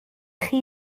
chi